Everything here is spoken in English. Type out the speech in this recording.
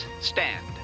Stand